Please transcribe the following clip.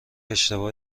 اشتباه